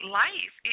life